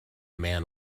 man